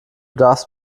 darfst